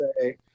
say